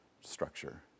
structure